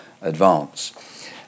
advance